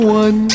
one